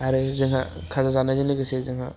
आरो जोंहा खाजा जानायजों लोगोसे जोंहा